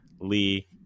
Lee